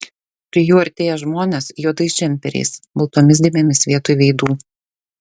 prie jų artėja žmonės juodais džemperiais baltomis dėmėmis vietoj veidų